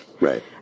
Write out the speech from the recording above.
right